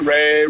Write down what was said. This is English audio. Ray